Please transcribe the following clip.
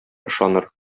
ышаныр